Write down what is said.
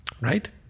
right